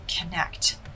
connect